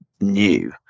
new